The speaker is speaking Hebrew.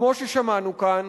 כמו ששמענו כאן,